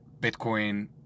Bitcoin